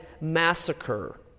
massacre